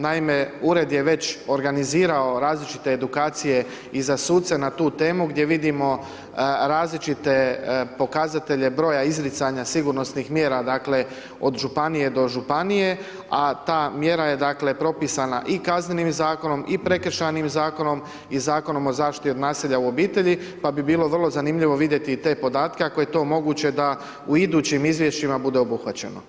Naime, ured je već organizirao različite edukacije i za suce na tu temu gdje vidimo različite pokazatelje broja izricanja sigurnosnih mjera, dakle, od županije do županije, a ta mjera je, dakle, propisana i kaznenim zakonom i prekršajnim zakonom i Zakonom o zaštiti od nasilja u obitelji, pa bi bilo vrlo zanimljivo vidjeti i te podatke ako je to moguće da u idućim izvješćima bude obuhvaćeno.